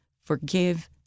forgive